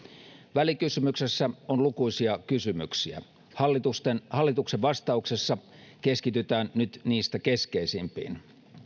välikysymyksessä on lukuisia kysymyksiä hallituksen vastauksessa keskitytään nyt niistä keskeisimpiin